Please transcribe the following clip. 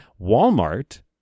Walmart